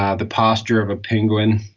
ah the posture of a penguin,